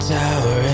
tower